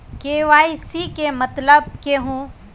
KYC के मतलब केहू?